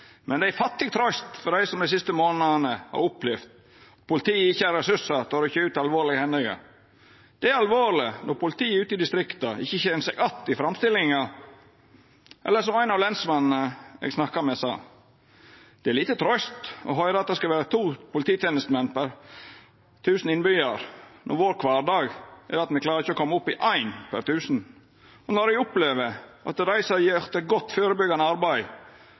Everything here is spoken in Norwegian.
ei fattig trøyst for dei som dei siste månadane har opplevd at politiet ikkje har ressursar til å rykkja ut til alvorlege hendingar. Det er alvorleg når politiet ute i distrikta ikkje kjenner seg att i framstillinga. Eller som ein av lensmennene eg snakka med, sa: Det er lite trøyst i å høyra at det skal vera to polititenestemenn per 1 000 innbyggjarar, når vår kvardag er at me ikkje klarar å koma opp i ein per 1 000, og når eg opplever at dei som har gjort eit godt førebyggande arbeid